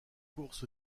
courses